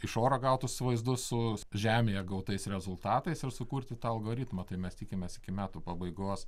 iš oro gautus vaizdus su žemėje gautais rezultatais ir sukurti tą algoritmą tai mes tikimės iki metų pabaigos